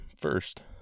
first